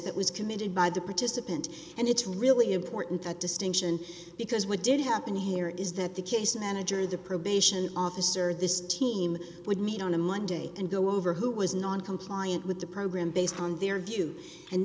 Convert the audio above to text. that was committed by the participant and it's really important that distinction because what did happen here is that the case manager the probation officer this team would meet on a monday and go over who was noncompliant with the program based on their views and